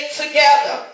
together